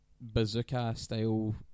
bazooka-style